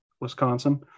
wisconsin